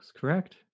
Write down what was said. correct